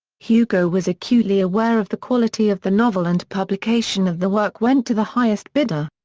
hugo was acutely aware of the quality of the novel and publication of the work went to the highest bidder.